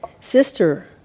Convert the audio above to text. Sister